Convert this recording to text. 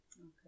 Okay